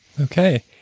Okay